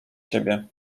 ciebie